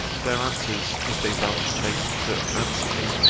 their answers, if they vouchsafe to answer me,